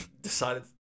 decided